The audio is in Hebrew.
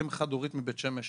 אם חד-הורית מבית שמש,